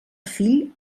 fill